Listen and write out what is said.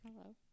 Hello